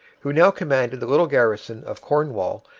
who now commanded the little garrison of cornwall,